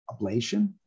ablation